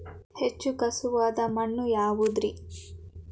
ಹೆಚ್ಚು ಖಸುವಾದ ಮಣ್ಣು ಯಾವುದು ರಿ?